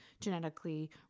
genetically